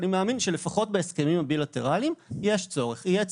אני מאמין שלפחות בהסכמים הבילטרליים יהיה צורך.